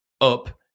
up